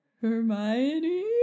hermione